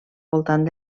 voltant